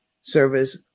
service